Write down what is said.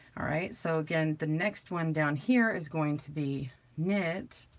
all right, so again, the next one down here is going to be knit.